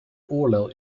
oorlel